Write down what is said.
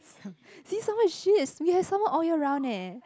see summer is shit we have summer all year round eh